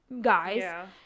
guys